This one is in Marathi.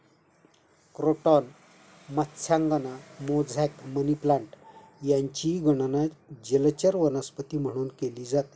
क्रोटॉन मत्स्यांगना, मोझॅक, मनीप्लान्ट यांचीही गणना जलचर वनस्पती म्हणून केली जाते